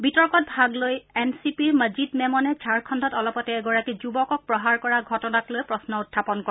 বিতৰ্কত ভাগ লৈ এন চি পিৰ মজিদ মেমনে ঝাৰখণ্ডত অলপতে এগৰাকী যুৱকক প্ৰহাৰ কৰা ঘটনাক লৈ প্ৰশ্ন উত্থাপন কৰে